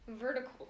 vertical